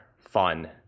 fun